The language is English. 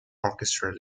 orchestra